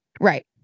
Right